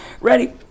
ready